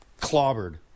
clobbered